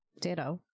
ditto